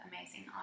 amazing